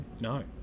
No